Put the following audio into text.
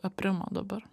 aprimo dabar